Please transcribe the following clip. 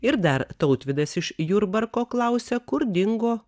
ir dar tautvydas iš jurbarko klausia kur dingo